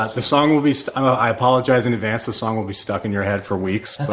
ah the song will be so i apologize in advance. the song will be stuck in your head for weeks,